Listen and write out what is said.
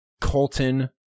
Colton